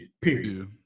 period